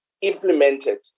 implemented